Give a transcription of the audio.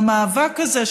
מהמאבק הזה,